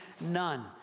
none